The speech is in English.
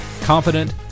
confident